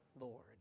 Lord